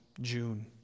June